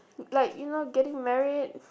like you know getting married